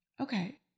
Okay